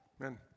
Amen